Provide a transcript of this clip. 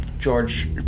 George